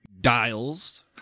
dials